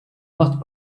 not